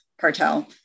cartel